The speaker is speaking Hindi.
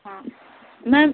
हाँ मैम